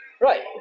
right